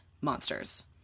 monsters